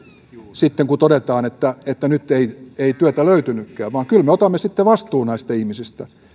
sitten kun todetaan että että nyt ei ei työtä löytynytkään vaan kyllä me otamme sitten vastuun näistä ihmisistä